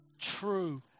true